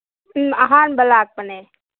ꯎꯝ ꯑꯍꯥꯟꯕ ꯂꯥꯛꯄꯅꯦ